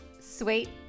sweet